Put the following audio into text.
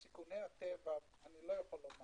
אני לא יודע